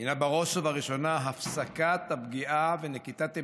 הינה בראש ובראשונה הפסקת הפגיעה